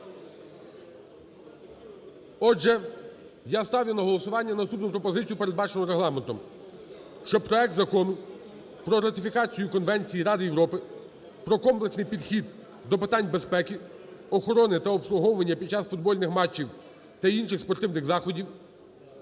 Отже, я ставлю на голосування наступну пропозицію, передбачену Регламенту: щоб проект Закону про ратифікацію Конвенції Ради Європи про комплексний підхід до питань безпеки, охорони та обслуговування під час футбольних матчів та інших спортивних заходів